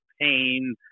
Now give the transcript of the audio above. pain